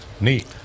neat